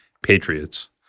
patriots